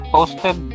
Posted